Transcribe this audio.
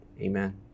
Amen